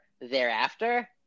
thereafter